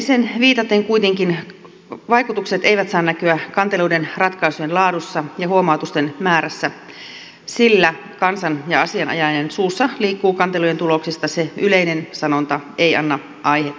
edelliseen viitaten kuitenkaan vaikutukset eivät saa näkyä kanteluiden ratkaisujen laadussa ja huomautusten määrässä sillä kansan ja asianajajien suussa liikkuu kantelujen tuloksista se yleinen sanonta ei anna aihetta